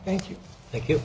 thank you thank you